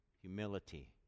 humility